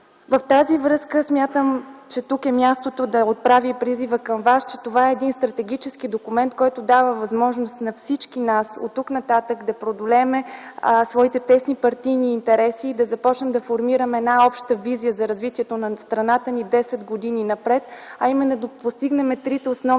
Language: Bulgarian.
В тази връзка смятам, че тук е мястото да отправя призива към вас, че това е един стратегически документ, който дава възможност на всички нас оттук нататък да преодолеем своите теснопартийни интереси и да започнем да формираме една обща визия за развитието на страната ни 10 години напред, именно да постигнем трите основни